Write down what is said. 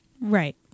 Right